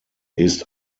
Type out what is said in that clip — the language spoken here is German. ist